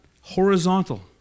horizontal